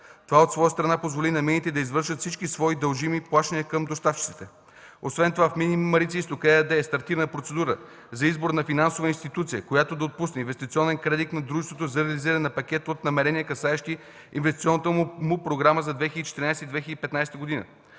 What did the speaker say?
Това от своя страна позволи на мините да извършат всички свои дължими плащания към доставчиците. Освен това в „Мини Марица изток” ЕАД е стартирала процедура за избор на финансова институция, която да отпусне инвестиционен кредит на дружеството за реализиране на пакет от намерения, касаещи инвестиционната му програма за 2014 г.